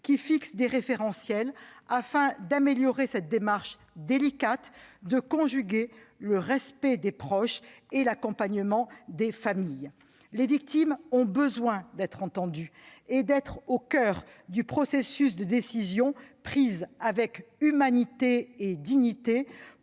qui fixe des référentiels afin d'améliorer la démarche délicate qui consiste à conjuguer le respect des proches et l'accompagnement des familles. Les victimes ont besoin d'être entendues et d'être au coeur du processus conduisant à des décisions prises avec humanité et dignité